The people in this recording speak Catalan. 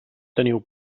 teniu